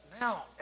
now